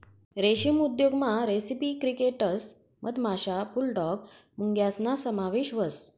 रेशीम उद्योगमा recipe crickets मधमाशा, बुलडॉग मुंग्यासना समावेश व्हस